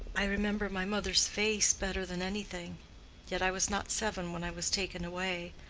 i remember my mother's face better than anything yet i was not seven when i was taken away,